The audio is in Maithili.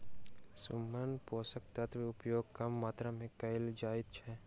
सूक्ष्म पोषक तत्वक उपयोग कम मात्रा मे कयल जाइत छै